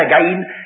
again